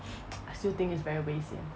I still think is very 危险